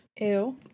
Ew